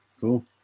cool